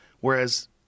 Whereas